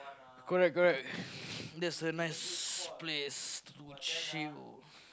correct correct that's a nice place to chill